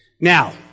Now